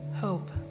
hope